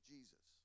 Jesus